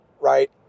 right